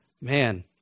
man